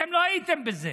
אתם לא הייתם בזה.